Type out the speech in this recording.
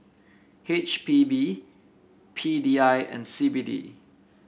H P B P D I and C B D